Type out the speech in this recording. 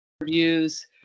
reviews